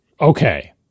okay –